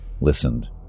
listened